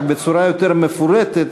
רק בצורה יותר מפורטת,